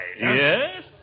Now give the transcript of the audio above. Yes